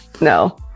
No